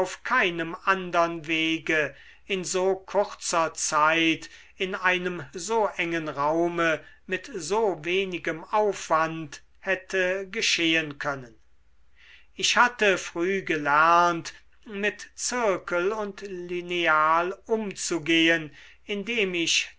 keinem andern wege in so kurzer zeit in einem so engen raume mit so wenigem aufwand hätte geschehen können ich hatte früh gelernt mit zirkel und lineal umzugehen indem ich